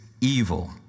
evil